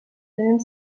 tenint